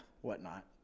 whatnot